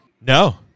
No